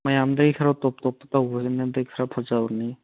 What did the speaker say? ꯃꯌꯥꯝꯗꯩ ꯈꯔ ꯇꯣꯞ ꯇꯣꯞꯄ ꯇꯧꯕꯁꯤꯅꯗꯤ ꯈꯔ ꯐꯖꯕꯅꯤ